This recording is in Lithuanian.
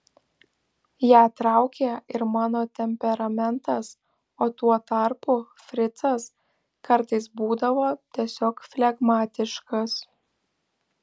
ją traukė ir mano temperamentas o tuo tarpu fricas kartais būdavo tiesiog flegmatiškas